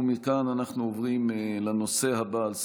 מכאן אנחנו עוברים לנושא הבא על סדר-היום: